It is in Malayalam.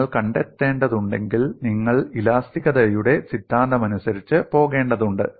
നിങ്ങൾ കണ്ടെത്തേണ്ടതുണ്ടെങ്കിൽ നിങ്ങൾ ഇലാസ്തികതയുടെ സിദ്ധാന്തമനുസരിച്ച് പോകേണ്ടതുണ്ട്